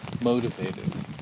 motivated